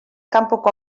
kanpoko